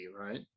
right